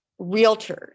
realtors